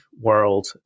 world